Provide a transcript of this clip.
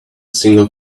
single